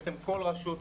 כל רשות,